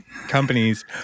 companies